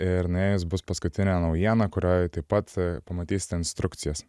ir nuėjus bus paskutinė naujiena kurioj taip pat pamatysite instrukcijas